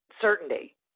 certainty